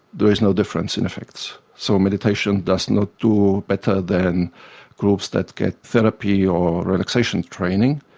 there is no difference in effect. so meditation does not do better than groups that get therapy or relaxation training,